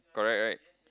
correct right